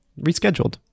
rescheduled